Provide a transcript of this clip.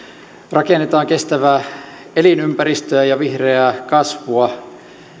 rakennetaan kestävää elinympäristöä ja vihreää kasvua